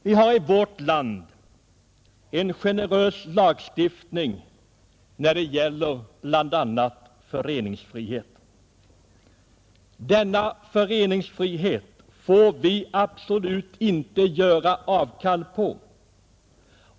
Vi har i vårt land en generös lagstiftning när det gäller bl.a. föreningsfrihet. Denna föreningsfrihet får vi absolut inte göra avkall på.